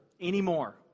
anymore